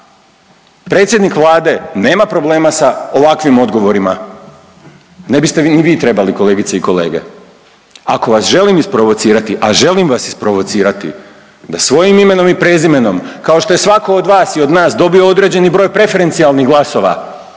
Predsjednik Vlade nema problema sa ovakvim odgovorima. Ne biste ga ni vi trebali, kolegice i kolege. Ako vas želim isprovocirati, da svojim imenom i prezimenom, kao što je svatko od vas i od nas dobio određeni broj preferencijalnih glasova